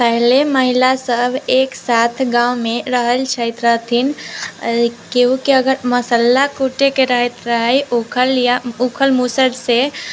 पहिले महिलासब एकसाथ गाँवमे रहल छथि रहथिन केहूके अगर मसल्ला कुटैके रहैत रहै उखल या उखल मूसलसँ